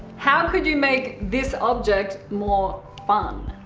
how could you make this object more fun?